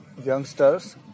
youngsters